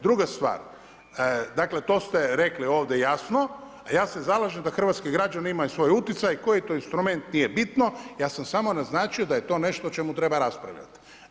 Druga stvar, dakle, to ste rekli ovdje jasno, a ja se zalažem da hrvatski građani imaju svoj uticaj, koji to instrument nije bitno, ja sam samo naznačio da je to nešto o čemu treba raspravljati.